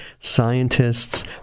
scientists